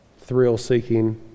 thrill-seeking